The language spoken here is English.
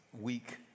week